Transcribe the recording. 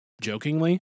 jokingly